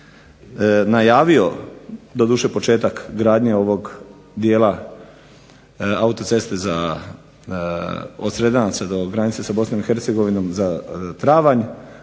najavio, doduše početak gradnje ovog dijela autoceste za od Sredanca do granice sa Bosnom